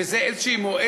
וזו איזה מועצה,